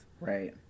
Right